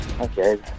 Okay